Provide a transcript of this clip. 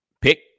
pick